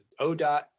ODOT